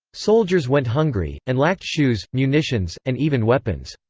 soldiers went hungry, and lacked shoes, munitions, and even weapons.